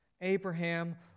Abraham